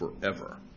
forever